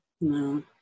No